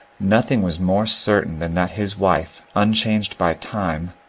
nothing was more certain than that his wife, unchanged by time,